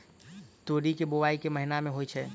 तोरी केँ बोवाई केँ महीना मे होइ छैय?